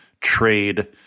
trade